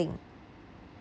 something